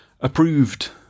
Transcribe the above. approved